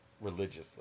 religiously